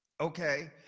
Okay